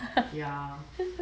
ya